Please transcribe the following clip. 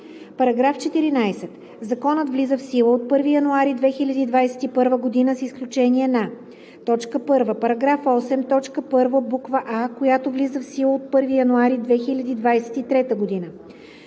§14: „§ 14. Законът влиза в сила от 1 януари 2021 г. с изключение на: 1. Параграф 8, т. 1, буква „а“, която влиза в сила от 1 януари 2023 г.